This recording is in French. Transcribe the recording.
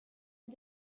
est